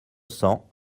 cents